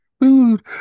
food